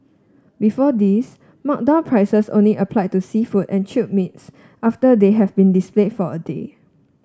before this marked down prices only applied to seafood and chilled meats after they have been displayed for a day